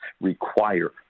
require